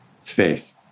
Faith